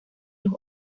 los